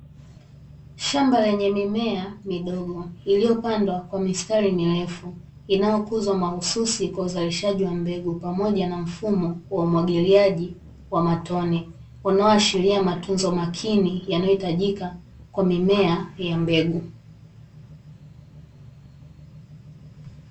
Shamba lenye mimea midogo iliyopandwa kwa mistari mirefu inayokuzwa mahususi kwa uzalishaji wa mbegu, pamoja na mfumo wa umwagiliaji wa matone, unaoashiria matunzo makini yanaohitajika kwa mimea ya mbegu.